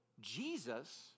Jesus